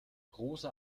rosa